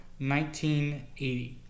1980